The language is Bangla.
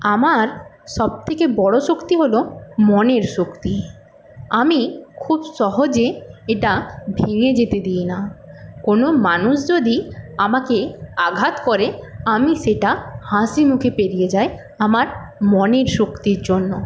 আমার সবথেকে বড় শক্তি হল মনের শক্তি আমি খুব সহজে এটা ভেঙে যেতে দিই না কোন মানুষ যদি আমাকে আঘাত করে আমি সেটা হাসিমুখে পেরিয়ে যাই আমার মনের শক্তির জন্য